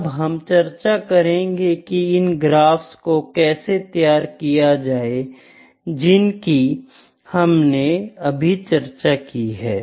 अब हम चर्चा करेंगे कि इन ग्राफिक्स को कैसे तैयार किया जाए जिसकी हमने अभी चर्चा की है